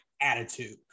attitude